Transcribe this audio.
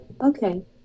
Okay